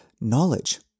knowledge